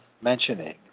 mentioning